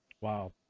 Wow